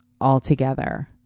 altogether